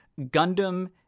Gundam